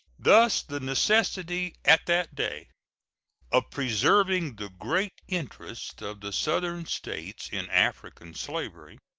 thus the necessity at that day of preserving the great interest of the southern states in african slavery,